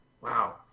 Wow